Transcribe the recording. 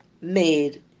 made